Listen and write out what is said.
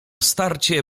starcie